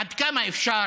עד כמה אפשר